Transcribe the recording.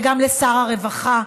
וגם לשר הרווחה,